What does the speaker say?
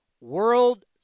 World